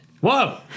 Whoa